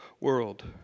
world